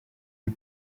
eut